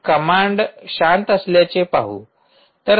तर आपण कमांड शांत असल्याचे पाहू